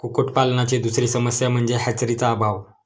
कुक्कुटपालनाची दुसरी समस्या म्हणजे हॅचरीचा अभाव